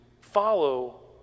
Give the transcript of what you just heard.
Follow